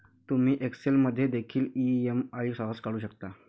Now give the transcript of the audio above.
तुम्ही एक्सेल मध्ये देखील ई.एम.आई सहज काढू शकता